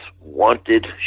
wanted